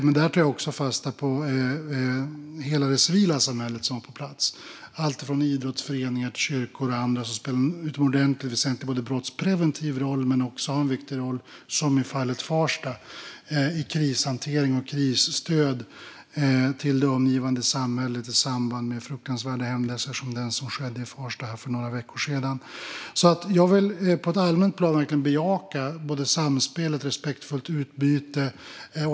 Jag tar också fasta på hela det civila samhället, som var på plats - alltifrån idrottsföreningar till kyrkor och andra, som spelar en utomordentligt väsentlig brottspreventiv roll men också, som i fallet Farsta, har en viktig roll i krishantering och krisstöd till det omgivande samhället i samband med fruktansvärda händelser som den som skedde där för några veckor sedan. Jag vill alltså på ett allmänt plan verkligen bejaka både samspel och ett respektfullt utbyte.